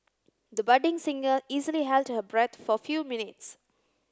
the budding singer easily held her breath for few minutes